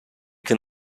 can